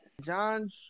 John